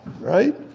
Right